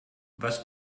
was